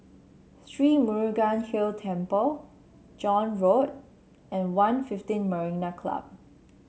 Sri Murugan Hill Temple John Road and One fifteen Marina Club